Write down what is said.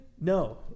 no